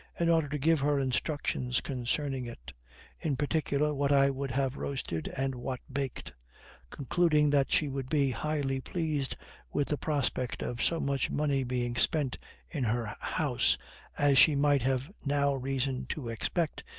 in order to give her instructions concerning it in particular, what i would have roasted and what baked concluding that she would be highly pleased with the prospect of so much money being spent in her house as she might have now reason to expect,